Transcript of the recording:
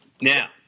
Now